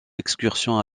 excursion